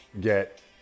get